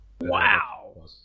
Wow